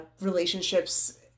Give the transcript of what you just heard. relationships